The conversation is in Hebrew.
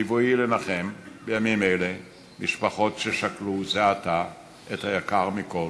בבואי לנחם בימים אלה משפחות ששכלו זה עתה את היקר מכול,